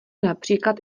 například